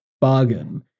bargain